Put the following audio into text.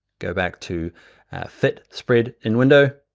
go back to fit spread in window,